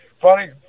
funny